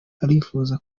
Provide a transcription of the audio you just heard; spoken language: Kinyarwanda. arifuza